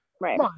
Right